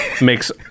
makes